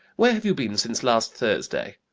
where have you been since last thursday?